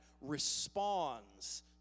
responds